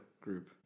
group